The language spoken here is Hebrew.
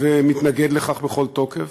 ומתנגד לכך בכל תוקף.